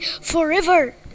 forever